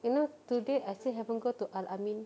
you know today I still haven't go to al-amin